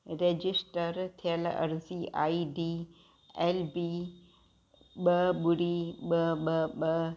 register थियलु अर्ज़ी I D L B ॿ ॿुड़ी ॿ ॿ ॿ